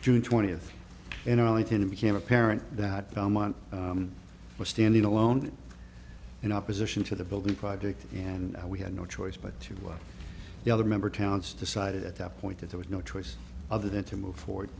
june twentieth in arlington it became apparent that belmont was standing alone in opposition to the building project and we had no choice but to let the other member towns decided at that point that there was no choice other than to move forward